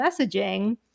messaging